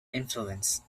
influence